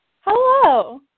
Hello